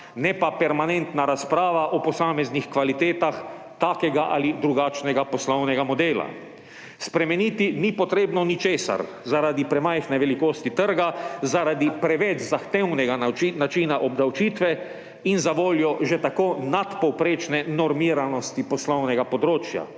ne pa permanentna razprava o posameznih kvalitetah takega ali drugačnega poslovnega modela. Spremeniti ni treba ničesar – zaradi premajhne velikosti trga, zaradi preveč zahtevnega načina obdavčitve in zavoljo že tako nadpovprečne normiranosti poslovnega področja.